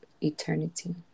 eternity